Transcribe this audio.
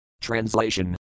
Translation